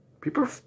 People